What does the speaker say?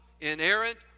inerrant